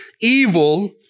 evil